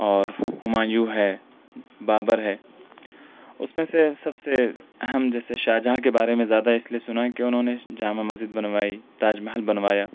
اور ہمایوں ہے بابر ہے اُس میں سے سب سے اہم جیسے شاہ جہاں کے بارے میں زیادہ اِس لیے سُنا ہے کہ اُنہوں نے جامع مسجد بنوائی تاج محل بنوایا